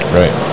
right